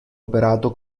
operato